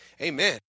Amen